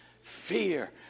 fear